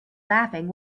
laughing